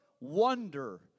wonder